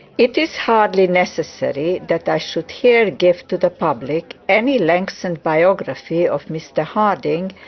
it is hardly necessary that i should here give to the public any lengthened biography of mr harding,